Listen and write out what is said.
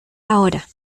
ahora